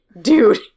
dude